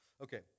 Okay